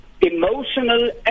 emotional